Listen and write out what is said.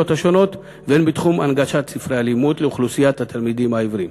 השונות והן בספרי הלימוד לאוכלוסיית התלמידים העיוורים.